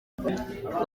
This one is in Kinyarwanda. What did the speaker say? ngo